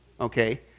okay